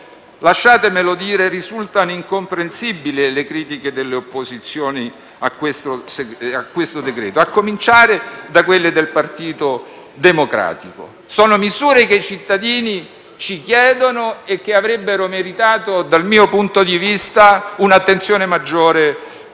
lasciatemelo dire - risultano incomprensibili le critiche delle opposizioni al provvedimento, a cominciare da quelle del Partito Democratico. Sono misure che i cittadini ci chiedono e che avrebbero meritato, dal mio punto di vista, un'attenzione maggiore